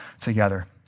together